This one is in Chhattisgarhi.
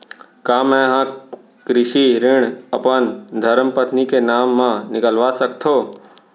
का मैं ह कृषि ऋण अपन धर्मपत्नी के नाम मा निकलवा सकथो?